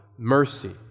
mercy